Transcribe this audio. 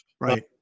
Right